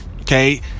Okay